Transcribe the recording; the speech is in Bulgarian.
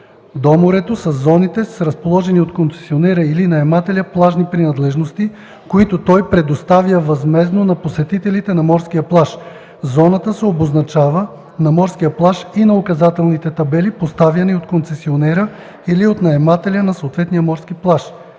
до морето със зоните с разположени от концесионера или наемателя плажни принадлежности, които той предоставя възмездно на посетителите на морския плаж. Зоната се обозначава на морския плаж и на указателните табели, поставяни от концесионера или от наемателя на съответния морски плаж.”